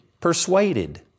PERSUADED